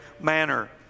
manner